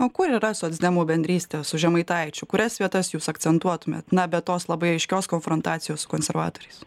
o kur yra socdemų bendrystė su žemaitaičiu kurias vietas jūs akcentuotumėt na be tos labai aiškios konfrontacijos su konservatoriais